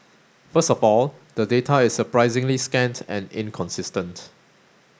first of all the data is surprisingly scant and inconsistent